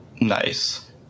Nice